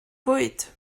fwyd